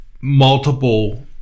multiple